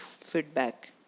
feedback